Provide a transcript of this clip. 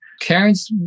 Karen's